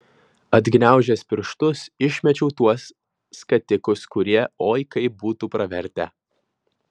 atgniaužęs pirštus išmečiau tuos skatikus kurie oi kaip būtų pravertę